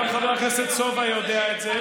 גם חבר הכנסת סובה יודע את זה,